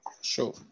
Sure